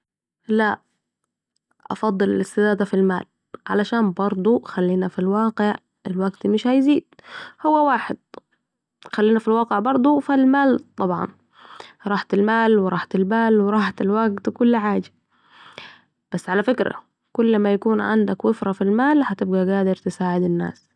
لأ افضل الاستزادة في المال علشان بردوا، خلينا في الواقع ، الوقت مش هيزيد هو واحد خلينا في الواقع بردوا فا المال طبعا ،راحت المال و رحت البال و راحت الوقت كل حاجه بس على فكره كل ما يكون عندك وفره في المال هتبقي قادر تساعد الناس